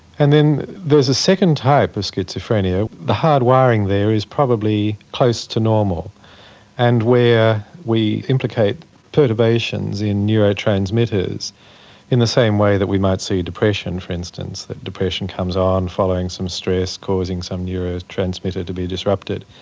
and then there's a second type of schizophrenia. the hardwiring there is probably close to normal and where we implicate perturbations in neurotransmitters in the same way that we might see depression, for instance, that depression comes on following some stress, causing some neurotransmitter to be disrupted.